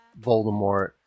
Voldemort